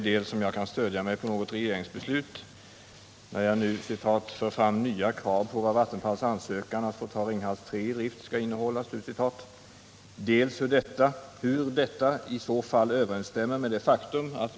villkorslagen stadgar bl.a. att kraftföretagen för att få tillstånd att ta en reaktor i drift skall redovisa hur man avser att ta hand om det utbrända bränslet på ett säkert sätt.